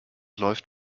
läuft